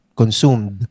consumed